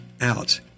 out